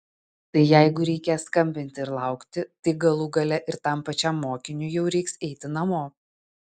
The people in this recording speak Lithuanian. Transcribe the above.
tai jeigu reikės skambinti ir laukti tai galų gale ir tam pačiam mokiniui jau reiks eiti namo